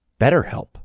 BetterHelp